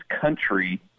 country